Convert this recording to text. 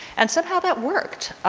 and somehow that worked.